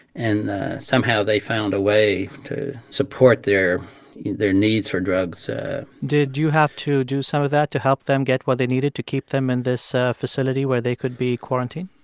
and somehow, they found a way to support their their needs for drugs did you have to do some of that to help them get what they needed to keep them in this facility where they could be quarantined?